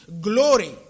glory